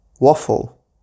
waffle